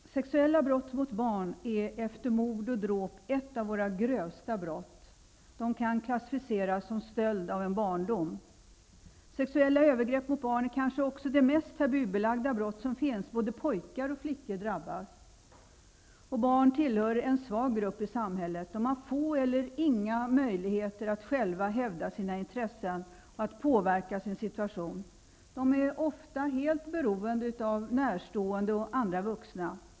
Herr talman! Sexuella brott mot barn är, efter mord och dråp, ett av våra grövsta brott. De kan klassificeras som stöld av en barndom. Sexuella övergrepp mot barn är kanske också de mest tabubelagda brott som finns. Både pojkar och flickor drabbas. Barn tillhör en svag grupp i samhället. De har få eller inga möjligheter att själva hävda sina intressen och att påverka sin situation. De är ofta helt beroende av närstående och andra vuxna.